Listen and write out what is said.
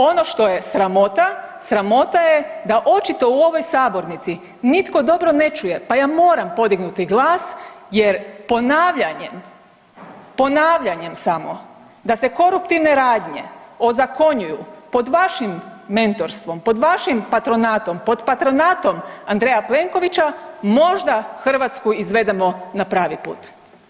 Ono što je sramota, sramota je da očito u ovoj sabornici nitko dobro ne čuje pa ja moram podignuti glas jer ponavljanjem, ponavljanjem samo da se koruptivne radnje ozakonjuju pod vašim mentorstvom, pod vašim patronatom, pod patronatom Andreja Plenkovića možda Hrvatsku izvedemo na pravi put.